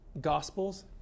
gospels